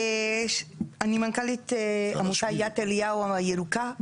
אני מנכ"לית עמותת יד אליהו הירוקה,